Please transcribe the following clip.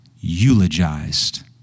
eulogized